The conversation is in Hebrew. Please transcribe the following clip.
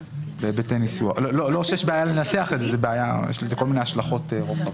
לא שיש בעיה לנסח את זה אבל יש לזה כל מיני השלכות רוחב.